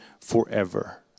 forever